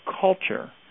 culture